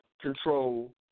control